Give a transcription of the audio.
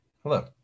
Hello